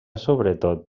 sobretot